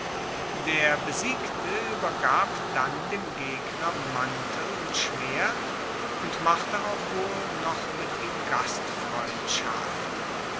der besiegte uebergab dann dem gegner mantel und schwert und machte auch wohl noch mit ihm gastfreundschaft